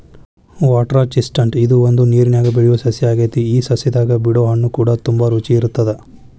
water chestnut ಇದು ಒಂದು ನೇರನ್ಯಾಗ ಬೆಳಿಯೊ ಸಸ್ಯ ಆಗೆತಿ ಈ ಸಸ್ಯದಾಗ ಬಿಡೊ ಹಣ್ಣುಕೂಡ ತುಂಬಾ ರುಚಿ ಇರತ್ತದ